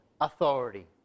authority